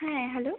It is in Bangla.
হ্যাঁ হ্যালো